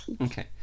Okay